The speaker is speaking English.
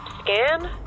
scan